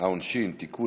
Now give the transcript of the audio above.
העונשין (תיקון,